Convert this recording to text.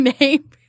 name